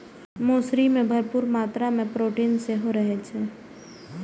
मौसरी मे भरपूर मात्रा मे प्रोटीन सेहो रहै छै